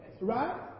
Right